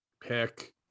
pick